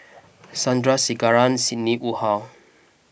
Sandrasegaran Sidney Woodhull